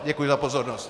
Děkuji za pozornost.